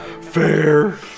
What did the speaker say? Fair